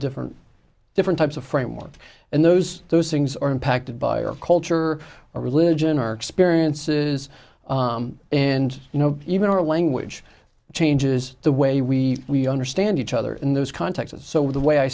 different different types of framework and those those things are impacted by our culture or religion our experiences and you know even our language changes the way we understand each other in those contexts so the way i